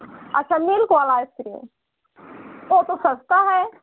अच्छा मिल्क वाला ice cream वह तो सस्ता है